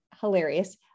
Hilarious